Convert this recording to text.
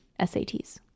SATs